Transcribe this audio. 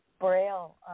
Braille